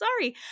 Sorry